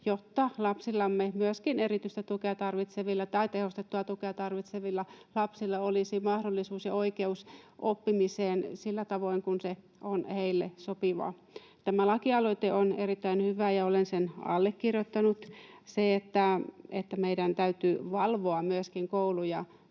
jotta lapsillamme, myöskin erityistä tukea tarvitsevilla tai tehostettua tukea tarvitsevilla lapsilla, olisi mahdollisuus ja oikeus oppimiseen sillä tavoin kuin se on heille sopivaa. Tämä lakialoite on erittäin hyvä, ja olen sen allekirjoittanut. Se, että meidän täytyy valvoa myöskin kouluja,